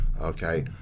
Okay